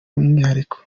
umwihariko